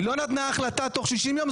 היא לא תוכל לקדם את התכנון.